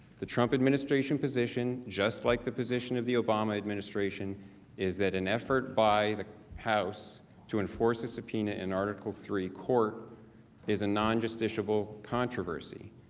the trump administration position, just like the position of the obama administration is that an effort by the house to enforce a subpoena in article three court is a non-justiciable controversy.